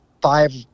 five